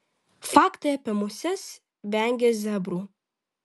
faktai apie muses vengia zebrų